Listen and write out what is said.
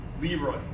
Leroy